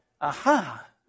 aha